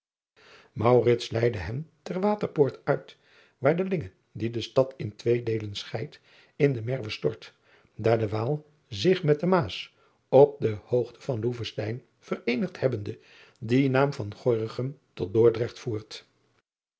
leidde hen ter waterpoort uit waar de inge die de stad in twee deelen scheidt in de erwe stort daar de aal zich met de aas op de hoogte van oevestein vereenigd hebbende dien naam van ornichem tot ordrecht voert